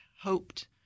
hoped –